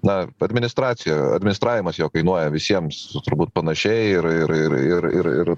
na administracija administravimas jo kainuoja visiems turbūt panašiai ir ir ir ir ir ir